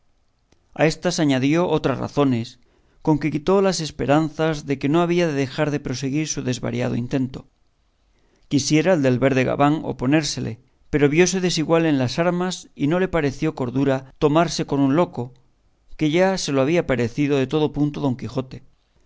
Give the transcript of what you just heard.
a éstas añadió otras razones con que quitó las esperanzas de que no había de dejar de proseguir su desvariado intento quisiera el del verde gabán oponérsele pero viose desigual en las armas y no le pareció cordura tomarse con un loco que ya se lo había parecido de todo punto don quijote